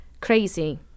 crazy